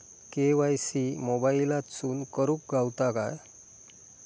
KYC मोबाईलातसून करुक गावता काय?